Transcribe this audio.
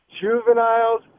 juveniles